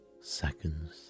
seconds